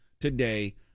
today